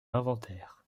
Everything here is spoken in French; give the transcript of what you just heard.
inventaires